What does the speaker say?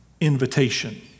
invitation